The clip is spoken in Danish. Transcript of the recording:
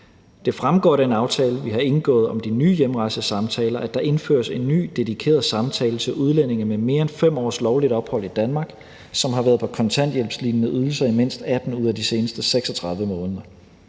Det fremgår af den aftale, vi har indgået om de nye hjemrejsesamtaler, at der indføres en ny dedikeret samtale til udlændinge med mere end 5 års lovligt ophold i Danmark, som har været på kontanthjælpslignende ydelser i mindst 18 ud af de seneste 36 måneder.